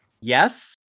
yes